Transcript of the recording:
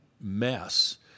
mess